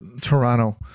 Toronto